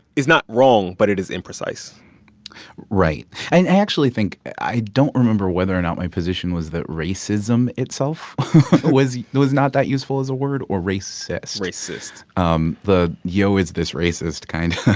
is not wrong, but it is imprecise right. and i actually think i don't remember whether or not my position was that racism itself was you know was not that useful as a word or racist racist um the yo, is this racist kind